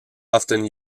often